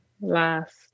last